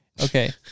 Okay